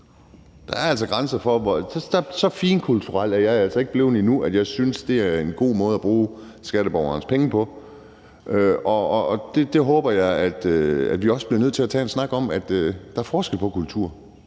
Der er altså grænser. Så finkulturel er jeg altså ikke blevet endnu, at jeg synes, det er en god måde at bruge skatteborgernes penge på. Og jeg mener, at vi også bliver nødt til at tage en snak om, at der er forskel på kultur.